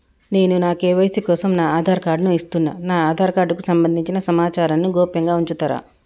నేను నా కే.వై.సీ కోసం నా ఆధార్ కార్డు ను ఇస్తున్నా నా ఆధార్ కార్డుకు సంబంధించిన సమాచారంను గోప్యంగా ఉంచుతరా?